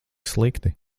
slikti